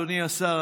אדוני השר,